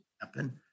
happen